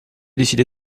décidé